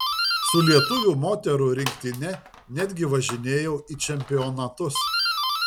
su lietuvių moterų rinktine netgi važinėjau į čempionatus